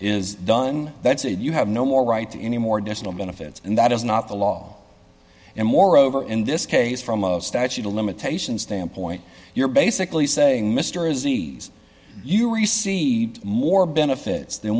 is done that's it you have no more right to any more decimal benefits and that is not the law and moreover in this case from a statute of limitations standpoint you're basically saying mr aziz you received more benefits than